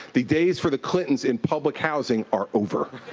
the days for the clintons in public housing are over.